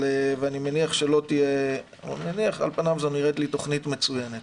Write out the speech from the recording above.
אני מניח, על פניו זו נראית לי תוכנית מצוינת.